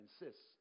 insists